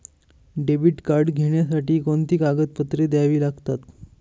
Debit card घेण्यासाठी कोणती कागदपत्रे द्यावी लागतात?